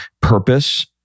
purpose